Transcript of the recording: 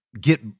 get